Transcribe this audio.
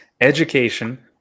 education